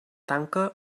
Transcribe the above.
tanca